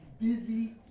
busy